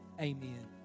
amen